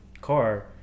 car